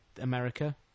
America